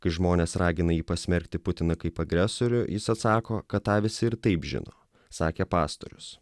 kai žmonės ragina jį pasmerkti putiną kaip agresorių jis atsako kad tą visi ir taip žino sakė pastorius